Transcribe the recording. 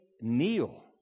kneel